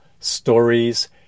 stories